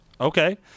Okay